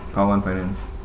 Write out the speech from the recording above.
I want finance